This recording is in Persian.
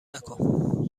نکن